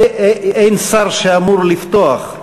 אין שר שאמור לפתוח,